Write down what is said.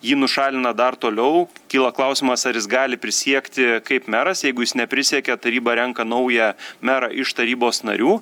jį nušalina dar toliau kyla klausimas ar jis gali prisiekti kaip meras jeigu jis neprisiekia taryba renka naują merą iš tarybos narių